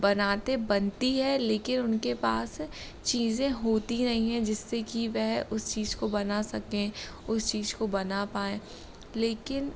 बनाते बनती है लेकिन उनके पास चीज़ें होती नहीं हैं जिससे कि वह उस चीज़ को बना सकें उस चीज़ को बना पाएँ लेकिन